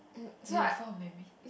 you have fond memory